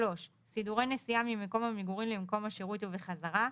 סידורי נסיעה ממקום מגורים למקום השירות ובחזרה.